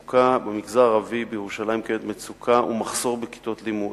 במגזר הערבי בירושלים אכן קיימת מצוקה ויש מחסור בכיתות לימוד,